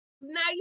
nice